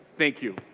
thank you.